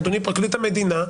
אדוני פרקליט המדינה,